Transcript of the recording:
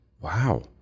wow